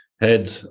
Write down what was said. head